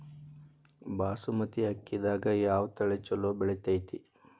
ಬಾಸುಮತಿ ಅಕ್ಕಿದಾಗ ಯಾವ ತಳಿ ಛಲೋ ಬೆಳಿತೈತಿ?